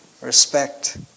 respect